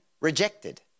rejected